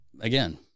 again